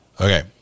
Okay